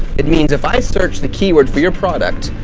it means if i search the keyword for your product,